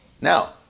Now